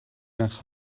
nach